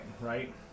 right